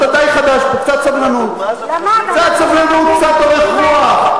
אתה די חדש פה, קצת סבלנות, קצת אורך רוח.